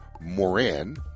Moran